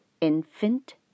infant